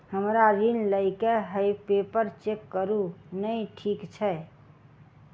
हमरा ऋण लई केँ हय पेपर चेक करू नै ठीक छई?